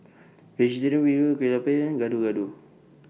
Vegetarian Bee Hoon Kueh Lapis Gado Gado